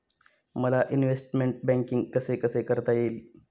मला investment banking कसे कसे करता येईल?